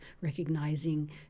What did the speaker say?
recognizing